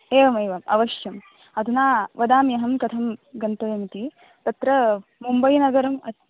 एवमेवम् अवश्यं अधुना वदाम्यहम् कथं गन्तव्यमिति तत्र मुम्बै नगरम्